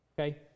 okay